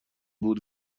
بود